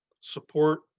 support